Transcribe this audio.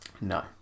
No